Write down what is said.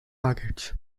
markets